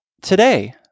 Today